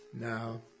Now